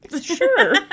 Sure